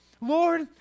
Lord